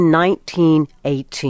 1918